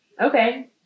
Okay